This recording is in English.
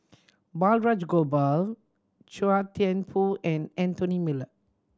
Balraj Gopal Chua Thian Poh and Anthony Miller